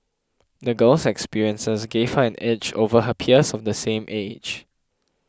the girl's experiences gave her an edge over her peers of the same age